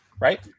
right